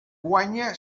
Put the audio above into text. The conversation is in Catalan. guanya